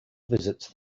visits